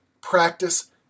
practice